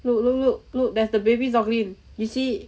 look look look look there's the baby zombie you see